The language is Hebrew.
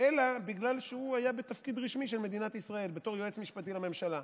אלא בגלל שהוא היה בתפקיד רשמי של מדינת ישראל בתור יועץ משפטי לממשלה.